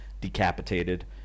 decapitated